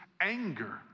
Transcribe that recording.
anger